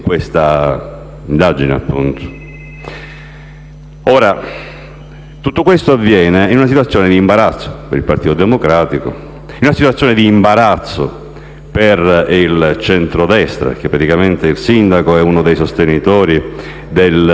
Tutto questo avviene in una situazione di imbarazzo per il Partito Democratico, in una situazione di imbarazzo per il centrodestra, perché il sindaco è uno dei sostenitori del candidato Presidente